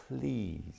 please